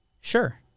Sure